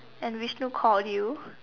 and Vishnu called you